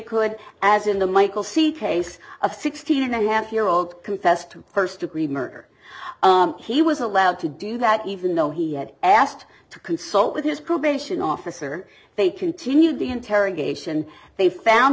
could as in the michael see case of sixteen and a half year old confessed to first degree murder he was allowed to do that even though he had asked to consult with his probation officer they continued the interrogation they found